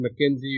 McKinsey